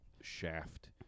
shaft